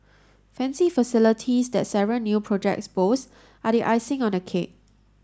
fancy facilities that several new projects boast are the icing on the cake